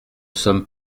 sommes